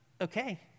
Okay